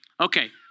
Okay